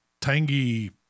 tangy